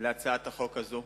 להצעת החוק הזאת,